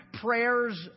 prayers